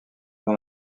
dans